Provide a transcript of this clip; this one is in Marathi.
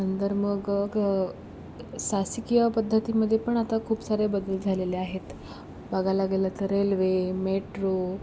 नंतर मग गं शासकीय पद्धतीमध्ये पण आता खूप सारे बदल झालेले आहेत बघायला गेलं तर रेल्वे मेट्रो